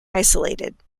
isolated